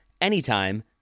anytime